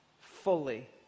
fully